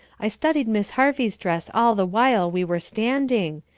i studied miss harvey's dress all the while we were standing.